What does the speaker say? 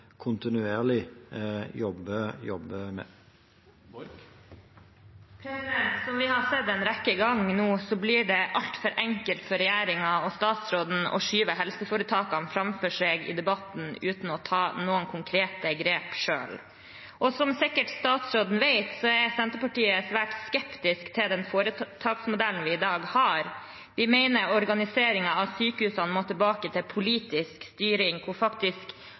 vi har sett en rekke ganger nå, blir det altfor enkelt for regjeringen og statsråden å skyve helseforetakene foran seg i debatten, uten å ta noen konkrete grep selv. Som statsråden sikkert vet, er Senterpartiet svært skeptisk til den foretaksmodellen vi i dag har. Vi mener organiseringen av sykehusene må tilbake til politisk styring, hvor politikerne faktisk